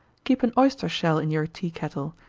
keep an oyster-shell in your tea-kettle,